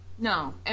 No